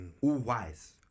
all-wise